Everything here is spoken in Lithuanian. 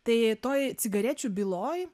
tai toj cigarečių byloj